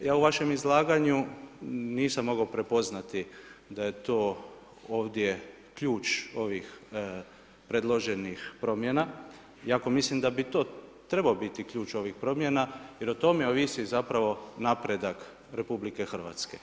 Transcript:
Ja u vašem izlaganju nisam mogao prepoznati da je to ovdje ključ ovih predloženih promjena, iako mislim da bi to trebao biti ključ ovih promjena jer o tome ovisi zapravo napredak Republike Hrvatske.